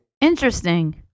Interesting